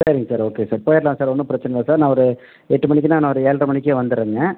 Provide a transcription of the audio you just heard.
சரிங்க sir okay sir போயிடலாம் sir ஒன்றும் பிரச்சனை இல்லை சார் நான் ஒரு எட்டு மணிக்குன்னால் நான் ஒரு ஏழரை மணிக்கே வந்துடறேங்க